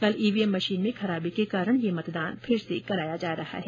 कल EVM machine में खराबी के कारण ये मतदान फिर से कराया जा रहा है